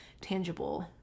tangible